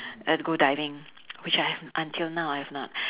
and go diving which I have until now I have not